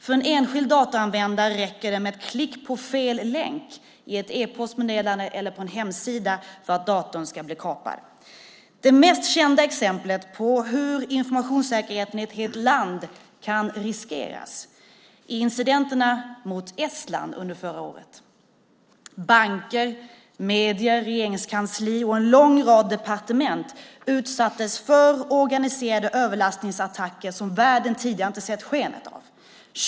För en enskild datoranvändare räcker det med ett klick på fel länk i ett e-postmeddelande eller på en hemsida för att datorn ska bli kapad. Det mest kända exemplet på hur informationssäkerheten i ett helt land kan riskeras är incidenterna mot Estland under förra året. Banker, medier, regeringskansli och lång rad departement utsattes för organiserade överlastningsattacker som världen inte sett tidigare.